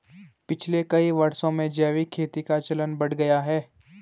पिछले कई वर्षों में जैविक खेती का चलन बढ़ गया है